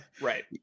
Right